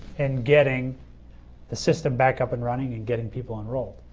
and getting the system back up and running and getting people enrolled.